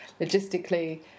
logistically